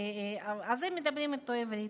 אז הם מדברים איתו עברית.